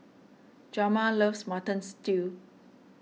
Hjalmar loves Mutton Stew